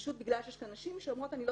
פשוט בגלל שיש כאן נשים שאומרות אני לא